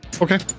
okay